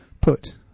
put